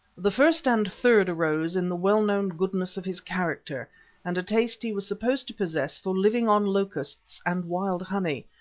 the first and third arose in the well-known goodness of his character and a taste he was supposed to possess for living on locusts and wild honey,